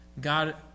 God